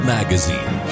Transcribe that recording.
Magazine